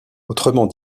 autrement